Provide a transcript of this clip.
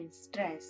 stress